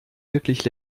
wirklich